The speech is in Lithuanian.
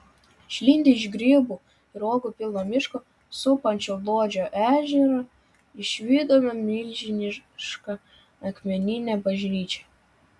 išlindę iš grybų ir uogų pilno miško supančio luodžio ežerą išvydome milžinišką akmeninę bažnyčią